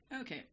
Okay